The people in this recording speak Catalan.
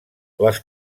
les